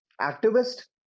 activist